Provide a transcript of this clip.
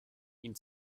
ihn